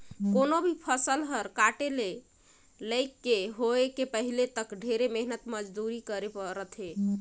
कोनो भी फसल हर काटे के लइक के होए के पहिले तक ढेरे मेहनत मंजूरी करे रथे